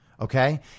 Okay